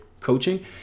coaching